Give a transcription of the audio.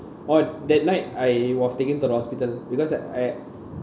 oh that night I was taken to the hospital because I I